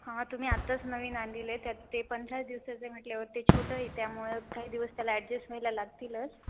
हां तुम्ही आत्ताच नवीन आणलेले आहे त्यात ते पंधराच दिवसाचं आहे म्हटल्यावर ते छोटं आहे त्यामुळं काही दिवस त्याला ॲडजेस्ट व्हायला लागतीलच